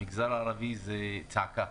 המגזר הערבי זה צעקה.